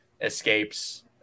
escapes